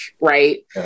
Right